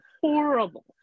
horrible